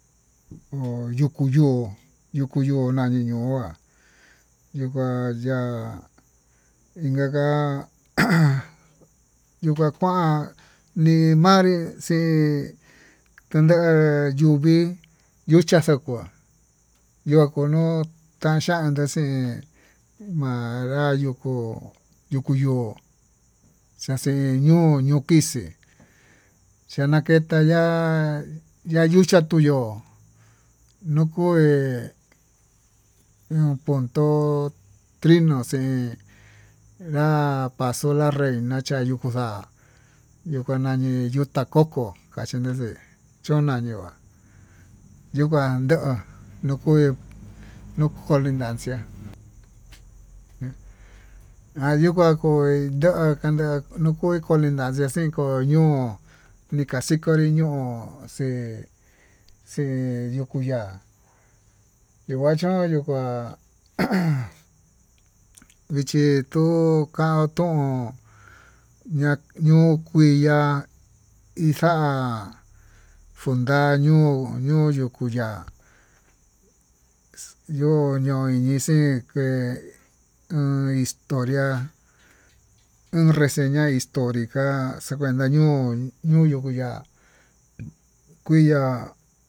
Ko'o yuku yo'ó yuko yo'ó nani no'á, nuu kua lia inka ka'á ajan nuka kuan nii manrí landa'a yuvíi yucha xakua yua kuno tanxhiantu xhin, ma'a naryuu kuu yukuu ñuu xaxe ñuu ñukixí xhanaketa ya'á ña yucha tuu yo'ó, nuu kué ño'o puntó trino xen nra paso la reyna chayo'ó yukuxa'a, yukua ñani yuu kua koko achinexnde chón nunaió yuu nguan ndó nuu koí nuu colintancia ayikuan kuí yo'o kondá nuu koi colindacia xinko ño'ó, nokaxikanrí ño'o xii xii ñukuu ya'á nikuachan yukuan aján kuichí tuu kaun tuun ña'a ñuu kuiyá, ixa'a funda'a ñuu yuku ya'á ño'o ñoo nixei oin historia uun reseña historica xekenta ñuu, ñuu yuku ya'á kuiya'á.